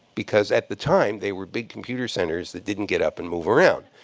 because at the time, they were big computer centers that didn't get up and move around.